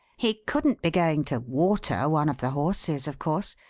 he couldn't be going to water one of the horses, of course,